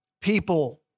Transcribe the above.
People